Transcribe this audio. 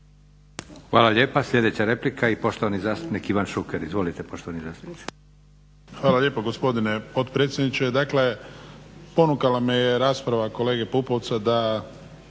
Hvala lijepa. Sljedeća replika i poštovani zastupnik Ivan Šuker. Izvolite poštovani zastupniče. **Šuker, Ivan (HDZ)** Hvala lijepo gospodine potpredsjedniče. Ponukala me je rasprava kolege Pupovca da